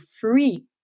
free